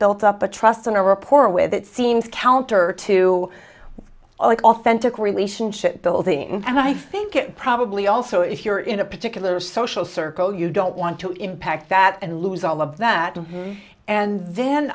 built up a trust and a reporter with it seems counter to authentic relationship building and i think it probably also if you're in a particular social circle you don't want to impact that and lose all of that and then